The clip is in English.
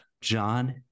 john